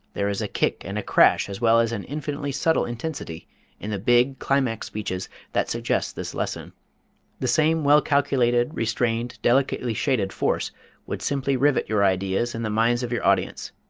there is a kick and a crash as well as an infinitely subtle intensity in the big, climax-speeches that suggest this lesson the same well-calculated, restrained, delicately shaded force would simply rivet your ideas in the minds of your audience.